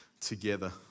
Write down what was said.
together